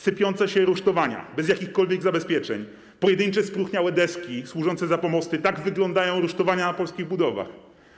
Sypiące się rusztowania, bez jakichkolwiek zabezpieczeń, pojedyncze, spróchniałe deski służące za pomosty - tak wyglądają rusztowania na polskich budowach.